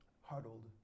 Huddled